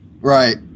Right